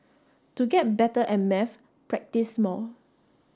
to get better at maths practise more